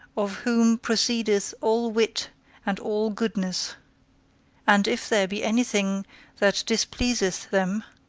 of whom proceedeth all wit and all goodness and if there be anything that displeaseth them,